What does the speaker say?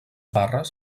barres